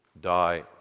die